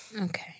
Okay